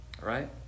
Right